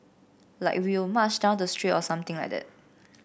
like we will march down the street or something like that